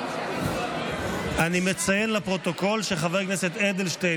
אני מציין לפרוטוקול שחבר הכנסת אדלשטיין